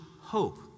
hope